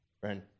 Friend